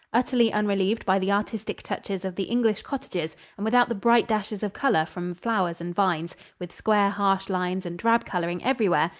utterly unrelieved by the artistic touches of the english cottages and without the bright dashes of color from flowers and vines, with square, harsh lines and drab coloring everywhere,